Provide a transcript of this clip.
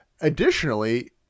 additionally